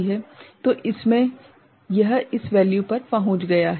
तो इसमें यह इस वैल्यू पर पहुंच गया है